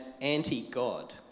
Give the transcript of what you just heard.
anti-God